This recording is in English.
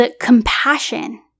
compassion